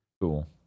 Cool